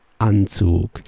Anzug